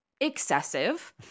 excessive